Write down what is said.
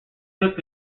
hooked